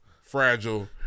fragile